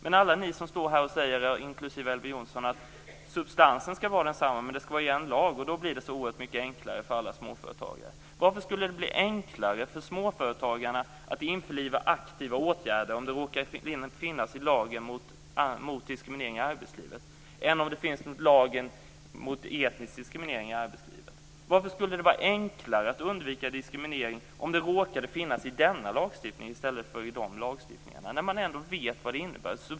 Många, inklusive Elver Jonsson, säger här att substansen skall vara densamma men att det bara skall vara en enda lag, eftersom det då blir så oerhört mycket enklare för alla småföretagare. Varför skulle det bli enklare för småföretagarna att vidta aktiva åtgärder om de råkar vara föreskrivna i lagen mot diskriminering i arbetslivet än om de skulle finnas i lagen mot etnisk diskriminering i arbetslivet? Varför skulle det vara enklare att undvika diskriminering, om föreskrifterna råkade finnas i denna lagstiftning i stället för i de andra lagstiftningarna, när man ändå vet vad de innebär?